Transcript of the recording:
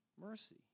mercy